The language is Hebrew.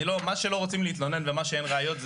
מה שלא רוצים להתלונן ומה שאין ראיות,